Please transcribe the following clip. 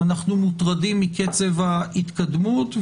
אנחנו מוטרדים מקצב ההתקדמות,